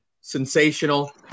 sensational